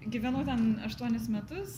gyvenu ten aštuonis metus